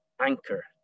anchor